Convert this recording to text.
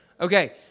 Okay